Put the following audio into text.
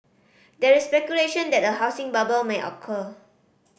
there is speculation that a housing bubble may occur